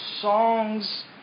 Songs